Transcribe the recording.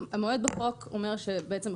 המועד בחוק אומר שבעצם,